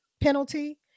penalty